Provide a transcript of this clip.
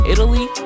Italy